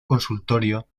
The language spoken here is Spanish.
consultorio